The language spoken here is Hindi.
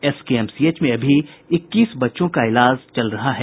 एसकेएमसीएच में अभी इक्कीस बच्चों का इलाज चल रहा है